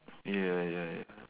ya ya ya